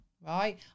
right